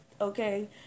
Okay